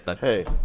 Hey